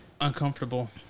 uncomfortable